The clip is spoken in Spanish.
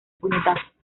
puñetazo